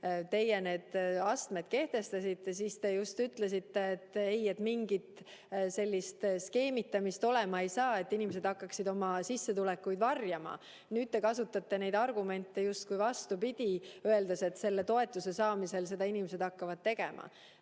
teie need astmed kehtestasite, siis te just ütlesite: ei, mingit sellist skeemitamist ei tule, et inimesed hakkaksid oma sissetulekuid varjama. Nüüd te kasutate neid argumente justkui vastupidi, öeldes, et toetuse saamisel inimesed hakkavad skeemitama.